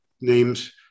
names